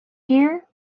here